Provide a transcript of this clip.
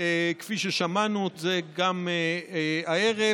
כפי ששמענו את זה גם הערב.